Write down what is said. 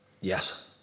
yes